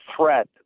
threat